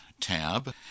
tab